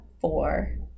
four